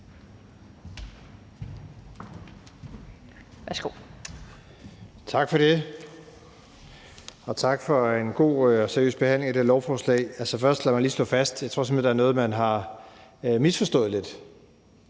Tak for det. Og tak for en god og seriøs behandling af det her lovforslag. Lad mig først lige slå fast, at jeg simpelt hen tror, der er noget, man har misforstået lidt,